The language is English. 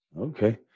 Okay